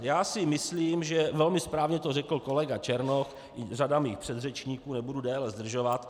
Já si myslím, že velmi správně to řekl kolega Černoch i řada mých předřečníků, nebudu déle zdržovat.